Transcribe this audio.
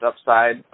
upside